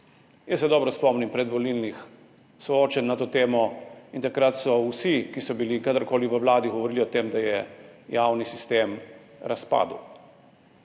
Jaz se dobro spomnim predvolilnih soočenj na to temo in takrat so vsi, ki so bili kadarkoli v vladi, govorili o tem, da je javni sistem razpadel.